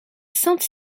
sainte